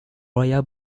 royal